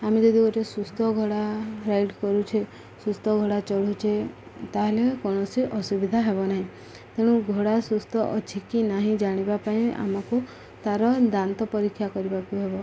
ଆମେ ଯଦି ଗୋଟେ ସୁସ୍ଥ ଘୋଡ଼ା ରାଇଡ଼ କରୁଛେ ସୁସ୍ଥ ଘୋଡ଼ା ଚଢଳୁଛେ ତାହେଲେ କୌଣସି ଅସୁବିଧା ହେବ ନାହିଁ ତେଣୁ ଘୋଡ଼ା ସୁସ୍ଥ ଅଛି କି ନାହିଁ ଜାଣିବା ପାଇଁ ଆମକୁ ତାର ଦାନ୍ତ ପରୀକ୍ଷା କରିବାକୁ ହେବ